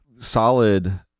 solid